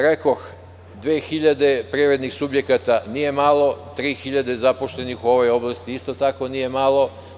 Rekoh, 2.000 privrednih subjekata nije malo, kao i 3.000 zaposlenih u ovoj oblasti isto tako nije malo.